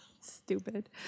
Stupid